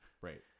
Right